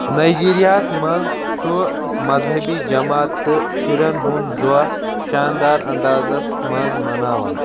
نایجیریاہس منٛز چھُ مذہبی جماعت تہٕ شُرٮ۪ن ہُنٛد دۄہ شانٛدار اندازس منٛز مناوان